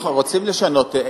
נכון, רוצים לשנות.